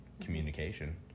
communication